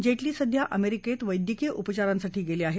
जे ज्ञी सध्या अमेरिकत वैद्यकीय उपचारांसाठी गेले आहेत